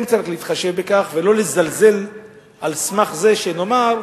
צריך להתחשב בכך, ולא לזלזל על סמך זה שנאמר,